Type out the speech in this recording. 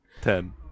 Ten